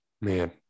Man